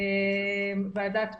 ועדת פריש,